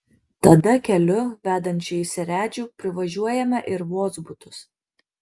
tada keliu vedančiu į seredžių privažiuojame ir vozbutus